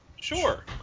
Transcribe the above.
Sure